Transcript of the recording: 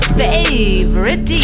favorite